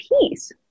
peace